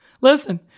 listen